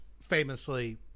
famously